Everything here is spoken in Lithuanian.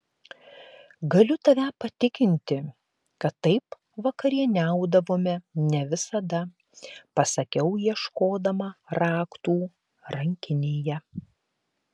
galiu tave patikinti kad taip vakarieniaudavome ne visada pasakiau ieškodama raktų rankinėje